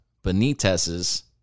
Benitez's